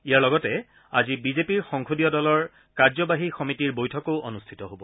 ইয়াৰ লগতে আজি বিজেপিৰ সংসদীয় দলৰ কাৰ্যবাহী সমিতিৰ বৈঠকখনো অনুষ্ঠিত হব